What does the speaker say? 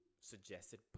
Suggested